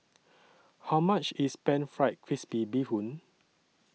How much IS Pan Fried Crispy Bee Hoon